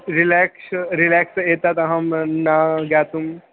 relax relax एतदहं न ज्ञातुम्